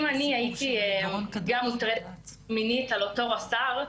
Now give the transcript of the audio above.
אם אני הייתי מוטרדת מינית על ידי אותו רס"ר,